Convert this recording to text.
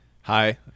Hi